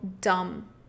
dumb